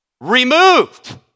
removed